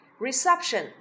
Reception